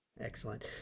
Excellent